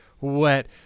wet